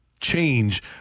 change